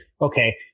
okay